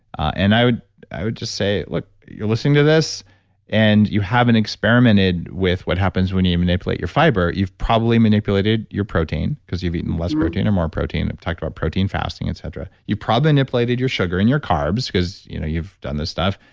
and i would i would just say look, you're listening to this and you haven't experimented with what happens when you you manipulate your fiber you've probably manipulated your protein because you've eaten less protein or more protein, i've talked about protein fasting et cetera. you've probably manipulated your sugar and your carbs because you know you've done this stuff.